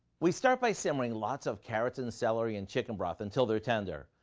we start by simmering lots of carrots and celery in chicken broth until they're tender.